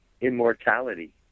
immortality